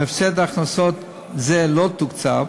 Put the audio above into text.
והפסד הכנסות זה לא תוקצב,